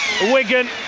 Wigan